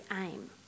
aim